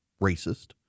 racist